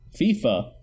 FIFA